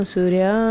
Surya